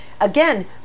Again